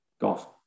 golf